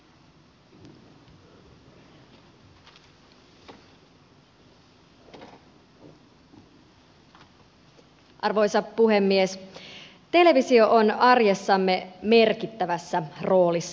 televisio on arjessamme merkittävässä roolissa